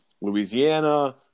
Louisiana